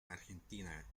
argentina